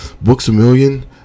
Books-A-Million